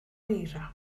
eira